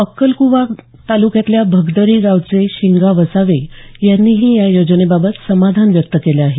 अक्कलक्वा तालुक्यातल्या भगदरी गावाचे शिंगा वसावे यांनीही या योजनेबाबत समाधान व्यक्त केलं आहे